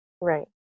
Right